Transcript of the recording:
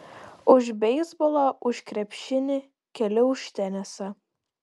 už beisbolą už krepšinį keli už tenisą